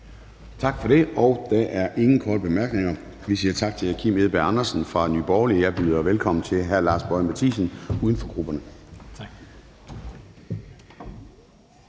Tak for det. Der er ingen korte bemærkninger, og vi siger tak til hr. Kim Edberg Andersen fra Nye Borgerlige. Jeg byder velkommen til hr. Lars Boje Mathiesen, uden for grupperne.